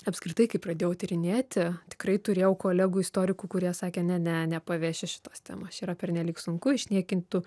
apskritai kai pradėjau tyrinėti tikrai turėjau kolegų istorikų kurie sakė ne ne nepaveši šitos temos čia yra pernelyg sunku išniekintų